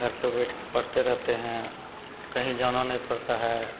घर में बैठ के पढ़ते रहते हैं कहीं जाना नहीं पड़ता है